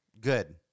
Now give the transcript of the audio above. Good